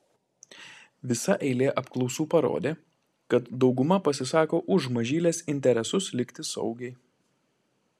visa eilė apklausų parodė kad dauguma pasisako už mažylės interesus likti saugiai